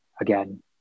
again